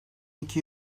iki